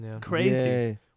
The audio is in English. Crazy